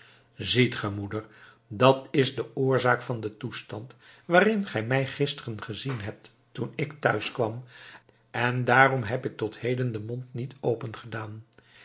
ge moeder dat is de oorzaak van den toestand waarin gij mij gisteren gezien hebt toen ik thuis kwam en daarom heb ik tot heden den mond niet